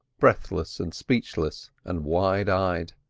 breathless and speechless and wide-eyed.